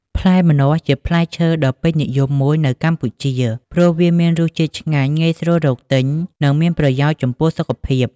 ផ្លែម្នាស់ ជាផ្លែឈើដ៏ពេញនិយមមួយនៅកម្ពុជា ព្រោះវាមានរសជាតិឆ្ងាញ់ ងាយស្រួលរកទិញ និងមានប្រយោជន៍ចំពោះសុខភាព។